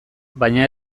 baina